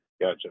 Gotcha